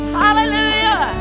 hallelujah